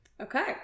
okay